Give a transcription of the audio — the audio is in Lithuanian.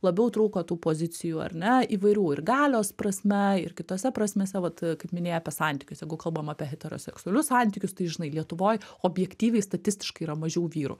labiau trūko tų pozicijų ar ne įvairių ir galios prasme ir kitose prasmėse vat kaip minėjai apie santykius jeigu kalbam apie heteroseksualius santykius tai žinai lietuvoj objektyviai statistiškai yra mažiau vyrų